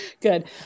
Good